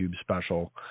special